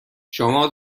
شما